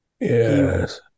Yes